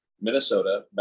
Minnesota